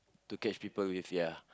to catch people with ya